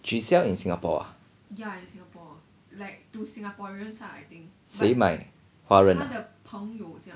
she sell in singapore ah 谁买华人啊